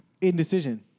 indecision